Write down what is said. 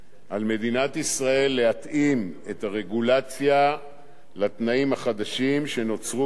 על מדינת ישראל להתאים את הרגולציה לתנאים החדשים שנוצרו בשנים